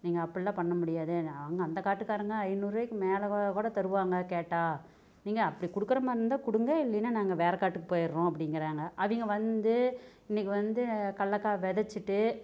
நீங்கள் அப்படிலாம் பண்ண முடியாது நாங்கள் அந்த காட்டுக்காரங்க ஐநூறு ருவாய்க்கு மேலே கூட தருவாங்க கேட்டா நீங்கள் அப்படி கொடுக்குற மாதிரி இருந்தா கொடுங்க இல்லைன்னா நாங்கள் வேறு காட்டுக்கு போயிடுறோம் அப்படிங்கிறாங்க அவங்க வந்து இன்னைக்கு வந்து கல்லக்காய் விதச்சிட்டு